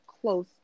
close